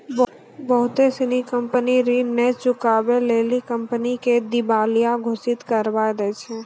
बहुते सिनी कंपनी ऋण नै चुकाबै लेली कंपनी के दिबालिया घोषित करबाय दै छै